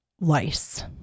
lice